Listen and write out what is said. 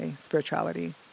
spirituality